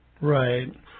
Right